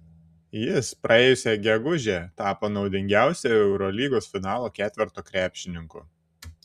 jis praėjusią gegužę tapo naudingiausiu eurolygos finalo ketverto krepšininku